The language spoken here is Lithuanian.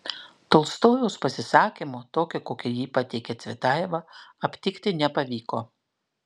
tolstojaus pasisakymo tokio kokį jį pateikė cvetajeva aptikti nepavyko